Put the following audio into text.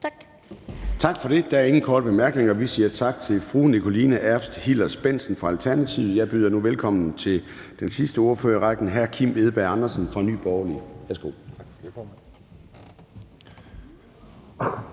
Gade): Der er ingen korte bemærkninger. Vi siger tak til fru Nikoline Erbs Hillers-Bendtsen fra Alternativet. Jeg byder nu velkommen til den sidste ordfører i rækken, hr. Kim Edberg Andersen fra Nye Borgerlige. Værsgo.